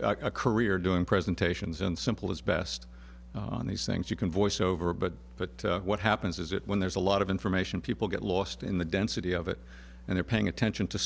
a career doing presentations and simple is best on these things you can voice over but but what happens is it when there's a lot of information people get lost in the density of it and they're paying attention to